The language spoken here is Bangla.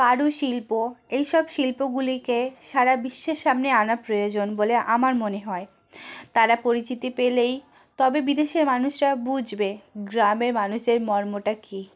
কারুশিল্প এইসব শিল্পগুলিকে সারা বিশ্বের সামনে আনা প্রয়োজন বলে আমার মনে হয় তারা পরিচিতি পেলেই তবে বিদেশের মানুষরা বুঝবে গ্রামে মানুষের মর্ম টা কি